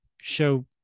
show